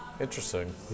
Interesting